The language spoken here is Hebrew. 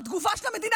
התגובה של המדינה,